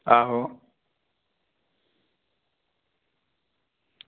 आहो